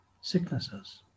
sicknesses